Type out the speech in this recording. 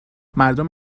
مردم